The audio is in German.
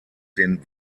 den